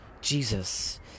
Jesus